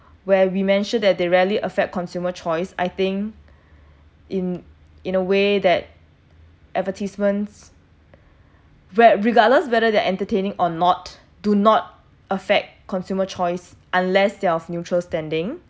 where we mentioned that they rarely affect consumer choice I think in in a way that advertisements whe~ regardless whether they're entertaining or not do not affect consumer choice unless they're of neutral standing